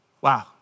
wow